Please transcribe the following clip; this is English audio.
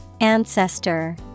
Ancestor